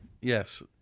Yes